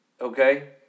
Okay